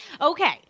okay